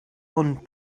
und